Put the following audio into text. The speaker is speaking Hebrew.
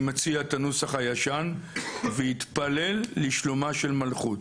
אני מציע את הנוסח הישן: ויתפלל לשלומה של מלכות.